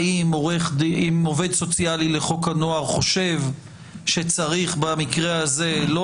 אם עובד סוציאלי לחוק הנוער חושב שצריך במקרה הזה לא